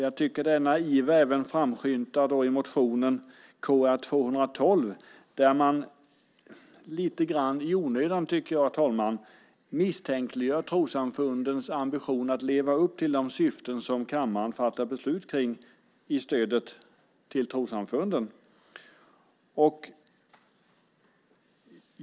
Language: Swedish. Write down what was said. Jag tycker att denna iver även framskymtar i motion Kr212, där man lite grann i onödan misstänkliggör trossamfundens ambition att leva upp till de syften som kammaren fattar beslut om i stödet till trossamfunden. Herr talman!